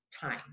time